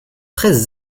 treize